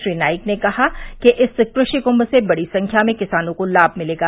श्री नाईक ने कहा कि इस कृषि कुंम से बढ़ी संख्या में किसानों को लाम मिलेगा